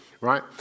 Right